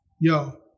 yo